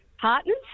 partners